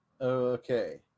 Okay